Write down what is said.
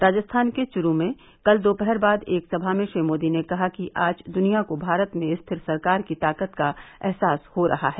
राजस्थान के चुरू में कल दोपहर बाद एक सभा में श्री मोदी ने कहा कि आज दुनिया को भारत में स्थिर सरकार की ताकत का अहसास हो रहा है